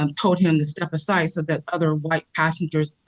um told him to step aside so that other white passengers,